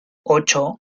ocho